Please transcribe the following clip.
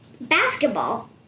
basketball